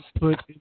put